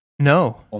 No